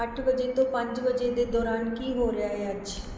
ਅੱਠ ਵਜੇ ਤੋਂ ਪੰਜ ਵਜੇ ਦੇ ਦੌਰਾਨ ਕੀ ਹੋ ਰਿਹਾ ਹੈ ਅੱਜ